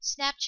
Snapchat